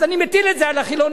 אז אני מטיל את זה על החילונים.